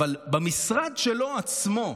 אבל במשרד שלו עצמו,